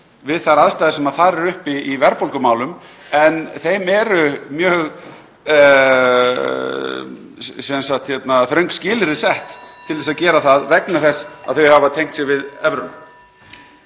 við þær aðstæður sem þar eru uppi í verðbólgumálum en þeim eru mjög þröng skilyrði sett (Forseti hringir.) til að gera það vegna þess að þau hafa tengt sig við evru.